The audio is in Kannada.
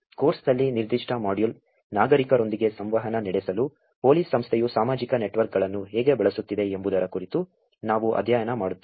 ಕೋರ್ಸ್ನಲ್ಲಿ ನಿರ್ದಿಷ್ಟ ಮಾಡ್ಯೂಲ್ ನಾಗರಿಕರೊಂದಿಗೆ ಸಂವಹನ ನಡೆಸಲು ಪೊಲೀಸ್ ಸಂಸ್ಥೆಯು ಸಾಮಾಜಿಕ ನೆಟ್ವರ್ಕ್ಗಳನ್ನು ಹೇಗೆ ಬಳಸುತ್ತಿದೆ ಎಂಬುದರ ಕುರಿತು ನಾವು ಅಧ್ಯಯನ ಮಾಡುತ್ತೇವೆ